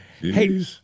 Hey